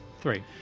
three